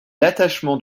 l’attachement